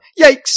yikes